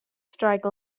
strike